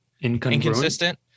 inconsistent